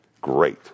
Great